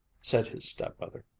said his stepmother.